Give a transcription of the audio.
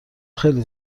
خیلی